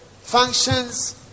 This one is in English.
Functions